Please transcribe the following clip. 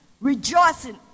rejoicing